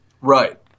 Right